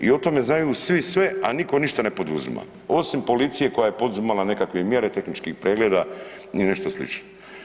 I o tome znaju svi sve, a nitko ništa ne poduzima osim policije koja je poduzimala nekakve mjere tehničkih pregleda i nešto slično.